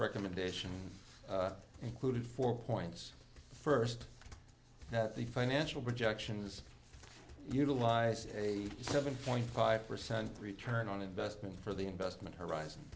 recommendation included four points first that the financial projections utilize a seven point five percent return on investment for the investment horizon